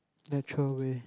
natural way